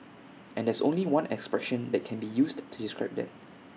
and there's only one expression that can be used to describe that